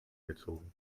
gezogen